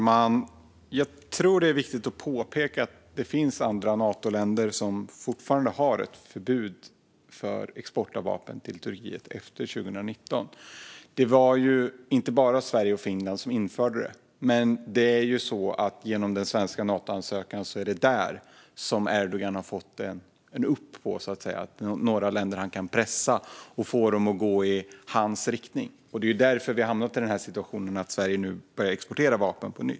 Fru talman! Jag tror att det är viktigt att påpeka att det finns andra Natoländer som fortfarande har ett förbud mot export av vapen till Turkiet efter 2019. Det var inte bara Sverige och Finland som införde förbudet, men det är genom den svenska Natoansökan som Erdogan har fått några länder som han kan pressa och få att gå i hans riktning. Det är därför vi har hamnat i situationen att Sverige nu börjar exportera vapen på nytt.